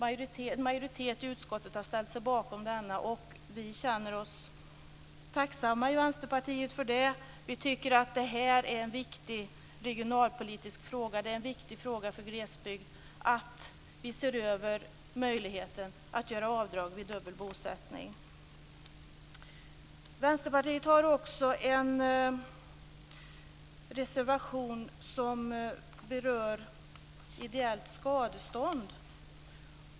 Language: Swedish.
En majoritet i utskottet har ställt sig bakom denna, och vi i Vänsterpartiet känner oss tacksamma för det. Vi tycker att detta är en viktig regionalpolitisk fråga. Det är en viktig glesbygdsfråga att vi ser över möjligheten till avdrag vid dubbel bosättning. Vänsterpartiet har också en reservation som berör ideellt skadestånd.